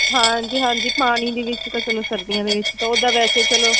ਹਾਂਜੀ ਹਾਂਜੀ ਪਾਣੀ ਦੇ ਵਿੱਚ ਤਾਂ ਚਲੋ ਸਰਦੀਆਂ ਦੇ ਵਿੱਚ ਤਾਂ ਉਹਦਾ ਵੈਸੇ ਚਲੋ